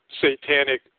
satanic